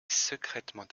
secrètement